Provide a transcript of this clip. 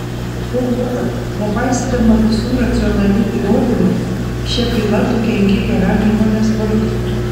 kovodama nepaisydama visų racionalių įrodymų šia byla tu kenki geram įmonės vardui